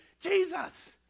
Jesus